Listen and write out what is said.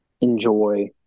enjoy